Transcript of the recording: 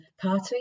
party